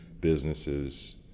businesses